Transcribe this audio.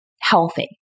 healthy